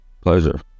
Pleasure